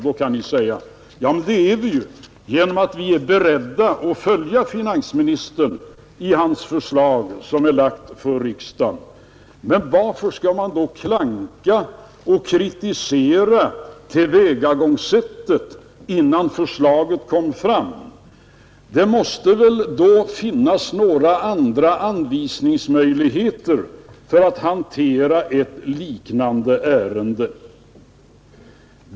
Då kan ni säga: Ja, men det är vi ju genom att vi är beredda att följa det förslag som finansministern lagt fram för riksdagen. Men varför skall man då klanka på och kritisera tillvägagångssättet innan förslaget kom fram? Det måste väl då finnas några andra möjligheter att anvisa för att hantera ett liknande ärende.